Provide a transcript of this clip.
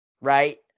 Right